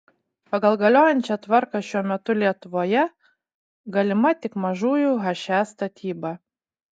pagal galiojančią tvarką šiuo metu lietuvoje galima tik mažųjų he statyba